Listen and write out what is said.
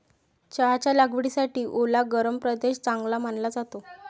चहाच्या लागवडीसाठी ओला गरम प्रदेश चांगला मानला जातो